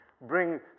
bring